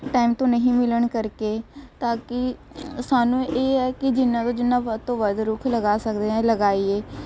time ਤੋਂ ਨਹੀਂ ਮਿਲਣ ਕਰਕੇ ਤਾਂ ਕਿ ਸਾਨੂੰ ਇਹ ਹੈ ਕਿ ਜਿੰਨਾਂ ਤੋਂ ਜਿੰਨਾ ਵੱਧ ਤੋਂ ਵੱਧ ਰੁੱਖ ਲਗਾ ਸਕਦੇ ਹਾਂ ਲਗਾਈਏ